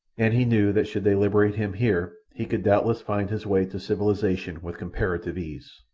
and he knew that should they liberate him here he could doubtless find his way to civilization with comparative ease.